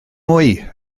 mwy